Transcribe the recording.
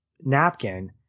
napkin